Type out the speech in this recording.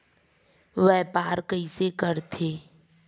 व्यापार कइसे करथे?